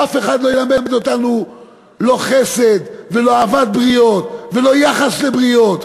אף אחד לא ילמד אותנו לא חסד ולא אהבת בריות ולא יחס לבריות.